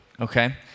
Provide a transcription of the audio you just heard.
okay